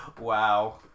Wow